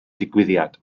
digwyddiad